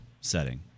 setting